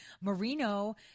Marino